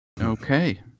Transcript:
Okay